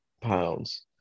pounds